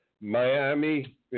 Miami